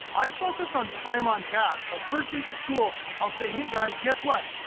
i focus on time on task. like first week of school, i'll say, hey guys, guess what?